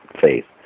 faith